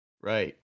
Right